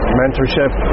mentorship